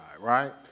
right